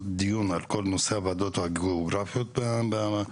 דיון על כל נושא הוועדות הגיאוגרפיות במדינה.